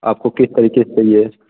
आपको किस तरीके से चहिए